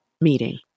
meeting